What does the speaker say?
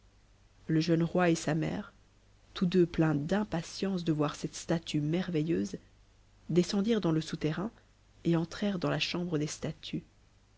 le jeune roi et sa mère tous deux pleins d'impatience de voir cette statue merveilleuse descendirent dans le souterrain et entrèrent dans la chambre des statues